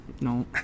No